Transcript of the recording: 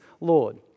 Lord